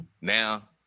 Now